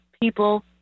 people